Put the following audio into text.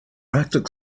arctic